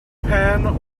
pen